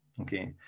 Okay